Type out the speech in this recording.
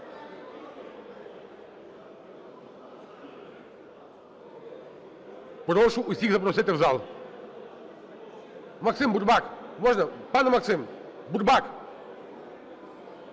Прошу усіх запросити в зал. Максим Бурбак, можна? Пане Максим. Бурбак!